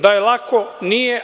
Da je lako, nije.